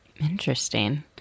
Interesting